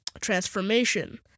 Transformation